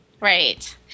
Right